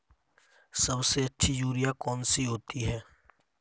सबसे अच्छी यूरिया कौन सी होती है?